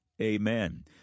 Amen